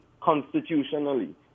constitutionally